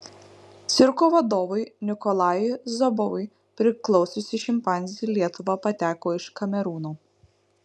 cirko vadovui nikolajui zobovui priklausiusi šimpanzė į lietuvą pateko iš kamerūno